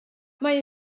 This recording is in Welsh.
mae